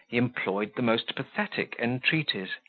employed the most pathetic entreaties,